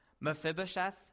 Mephibosheth